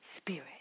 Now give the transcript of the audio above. Spirit